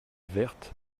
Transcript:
verte